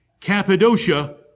Cappadocia